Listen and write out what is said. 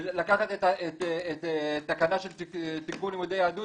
ולקחת את תקנה של תגבור לימודי יהדות